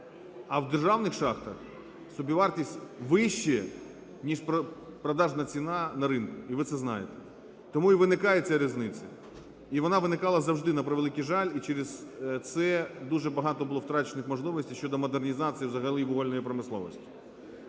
А в державних шахтах собівартість вища, ніж продажна ціна на ринку. І ви це знаєте. Тому і виникає ця різниця. І вона виникала завжди, на превеликий жаль. І через це дуже багато було втрачених можливостей щодо модернізації взагалі вугільної промисловості.